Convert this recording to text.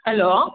hello